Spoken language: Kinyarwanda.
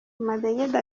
amadegede